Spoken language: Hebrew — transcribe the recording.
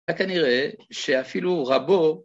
וכנראה שאפילו רבו